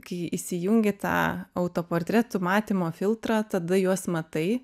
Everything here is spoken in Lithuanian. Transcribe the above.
kai įsijungi tą autoportretų matymo filtrą tada juos matai